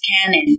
cannon